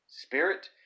Spirit